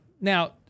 Now